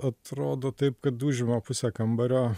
atrodo taip kad užima pusę kambario